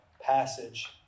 passage